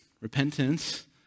Repentance